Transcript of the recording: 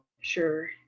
sure